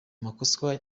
makosa